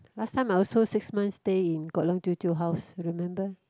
last time I also six month stay in Kok-Leong 舅舅 house you remember